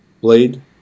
blade